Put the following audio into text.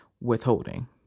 withholding